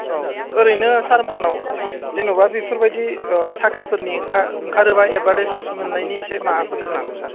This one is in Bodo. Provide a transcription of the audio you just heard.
औ ओरैनो सार मोननाव जेनेबा बेफोरबायदि साख्रिफोरनि ओंखार ओंखारोबा एदभारटाइस मोननायनि इसे माबाफोर दं नामा सार